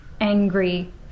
angry